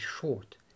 short